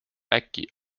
äkki